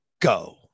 go